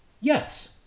Yes